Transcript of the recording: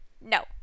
no